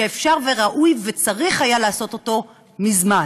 שאפשר וראוי וצריך היה לעשות אותו מזמן.